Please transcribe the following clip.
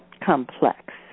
complex